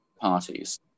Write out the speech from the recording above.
parties